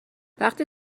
وقتی